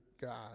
God